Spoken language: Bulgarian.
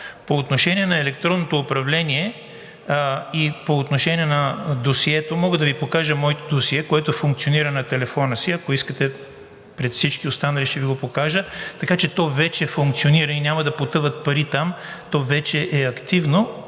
По отношение на електронното управление и по отношение на досието. Мога да Ви покажа моето досие, което функционира на телефона ми, ако искате пред всички останали ще Ви го покажа. Така че то вече функционира и няма да потъват пари там, то вече е активно,